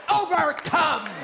overcome